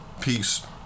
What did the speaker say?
Peace